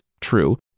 true